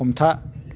हमथा